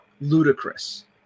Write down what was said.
ludicrous